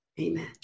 Amen